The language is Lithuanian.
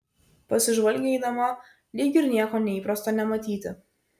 pasižvalgė eidama lyg ir nieko neįprasto nematyti